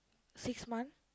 six months